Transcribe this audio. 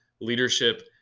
leadership